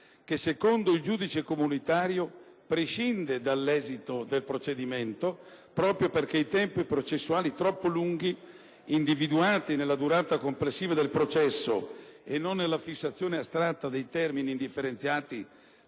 che, secondo il giudice comunitario, prescinde dall'esito del procedimento, proprio perché i tempi processuali troppo lunghi, individuati nella durata complessiva del processo e non nella fissazione astratta dei termini indifferenziati